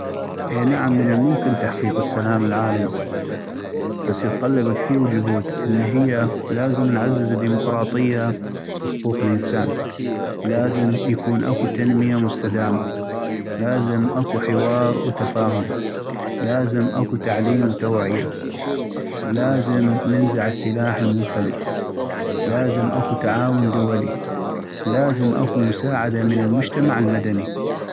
اي نعم من الممكن تحقيق السلام العالمي ، بس يطلب كثيغ جهود. الي هي :- لازم نعزز الديمقراطية وحقوق الانسان ،لازم يكون اكو تنمية مستدامة ، لازم اكو حوار وتفاهم ، لازم اكو تعليم وتوعية ، لازم ننزع السلاح المنفلت ، لازم اكو تعاون دولي ، لازم اكو مساعدة من المجتمع المدني